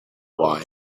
why